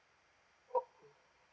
oh oh